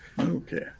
Okay